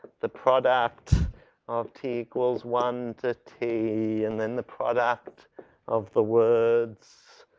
the product of t equals one to t, and then the product of the words,